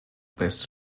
beste